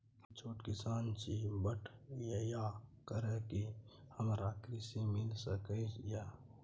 हम छोट किसान छी, बटईया करे छी कि हमरा कृषि ऋण मिल सके या?